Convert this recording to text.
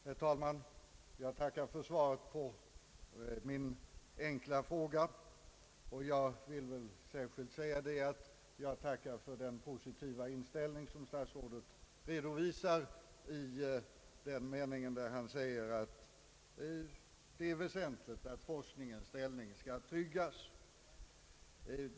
Herr talman! Jag tackar för svaret på min enkla fråga och särskilt för den positiva inställning som statsrådet redovisar i den mening, där han säger att han ”anser det vara väsentligt att forskningens ställning tryggas”.